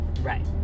Right